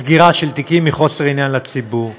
סגירה של תיקים מחוסר עניין לציבור.